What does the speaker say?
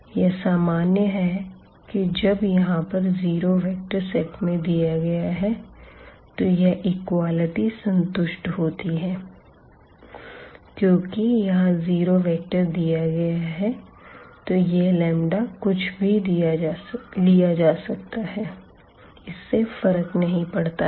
यह सामान्य है कि जब यहां पर जीरो वेक्टर सेट में दिया गया है तो यह इक्वलिटी संतुष्ट होती है क्योंकि यहां जीरो वेक्टर दिया है तो यह लंबदा कुछ भी लिया जा सकता है इससे फर्क नहीं पड़ता है